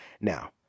now